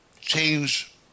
change